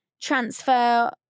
transfer